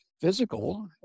physical